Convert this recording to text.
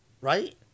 right